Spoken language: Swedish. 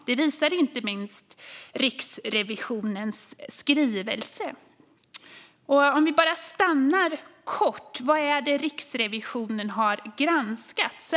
Det visar inte minst Riksrevisionens skrivelse. Men låt oss uppehålla oss lite kort vid vad det är Riksrevisionen har granskat.